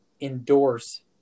endorse